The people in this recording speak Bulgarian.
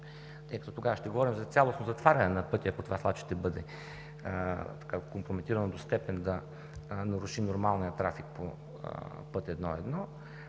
Тогава ще говорим за цялостно затваряне на пътя, ако това свлачище бъде компрометирано до степен да наруши нормалния трафик по път І-1.